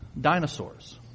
dinosaurs